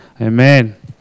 Amen